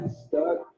stuck